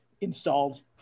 installed